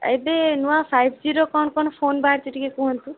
ଏବେ ନୂଆ ଫାଇଭ୍ ଜିର କ'ଣ କ'ଣ ଫୋନ୍ ବାହାରିଛି ଟିକେ କୁହନ୍ତୁ